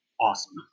awesome